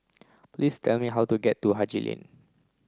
please tell me how to get to Haji Lane